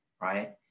right